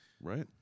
Right